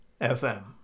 FM